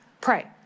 pray